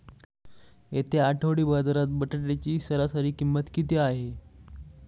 येत्या आठवडी बाजारात बटाट्याची सरासरी किंमत किती आहे?